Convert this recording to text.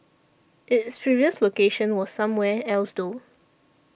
its previous location was somewhere else though